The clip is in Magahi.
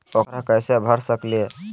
ऊकरा कैसे भर सकीले?